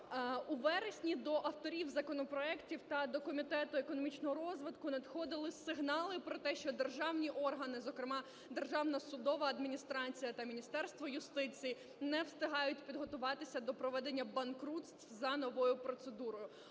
У вересні до авторів законопроектів та до Комітету економічного розвитку надходили сигнали про те, що державні органи, зокрема Державна судова адміністрація та Міністерство юстиції не встигають підготуватися до проведення банкрутств за новою процедурою.